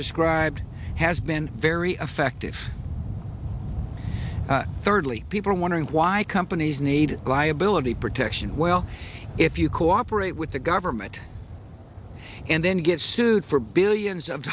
described has been very effective thirdly people are wondering why the companies need liability protection well if you cooperate with the government and then get sued for billions of